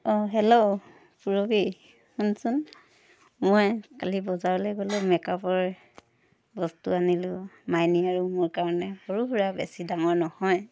অঁ হেল্ল' পুৰবী শুনচোন মই কালি বজাৰলৈ গ'লো মেকাপৰ বস্তু আনিলোঁ মাইনী আৰু মোৰ কাৰণে সৰু সুৰা বেছি ডাঙৰ নহয়